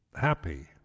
happy